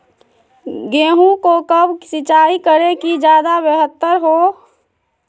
गेंहू को कब सिंचाई करे कि ज्यादा व्यहतर हो?